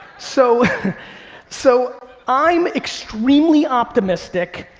so so i'm extremely optimistic.